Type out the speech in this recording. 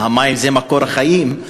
המים זה מקור החיים,